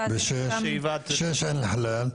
6, אל-חלאל.